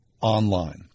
online